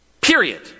Period